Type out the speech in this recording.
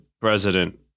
president